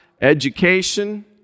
education